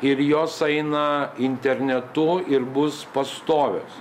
ir jos eina internetu ir bus pastovios